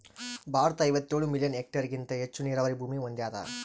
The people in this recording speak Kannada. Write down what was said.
ಭಾರತ ಐವತ್ತೇಳು ಮಿಲಿಯನ್ ಹೆಕ್ಟೇರ್ಹೆಗಿಂತ ಹೆಚ್ಚು ನೀರಾವರಿ ಭೂಮಿ ಹೊಂದ್ಯಾದ